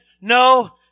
no